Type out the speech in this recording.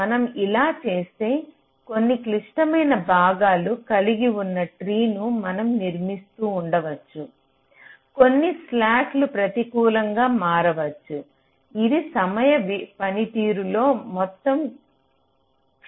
మనం ఇలా చేస్తే కొన్ని క్లిష్టమైన భాగాలు కలిగి ఉన్న ట్రీను మనం నిర్మిస్తూ ఉండవచ్చు కొన్ని స్లాక్ ప్రతికూలంగా మారవచ్చు ఇది సమయ పనితీరులో మొత్తం క్షీణతకు దారితీస్తుంది